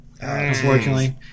unfortunately